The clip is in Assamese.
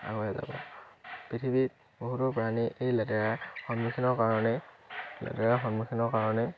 আগুৱাই যাব পৃথিৱীত বহুতো প্ৰাণী এই লেতেৰা সন্মুখীনৰ কাৰণে লেতেৰা সন্মুখীনৰ কাৰণে